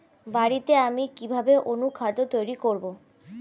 বাড়িতে আমি কিভাবে অনুখাদ্য তৈরি করব?